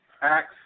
Acts